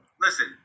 Listen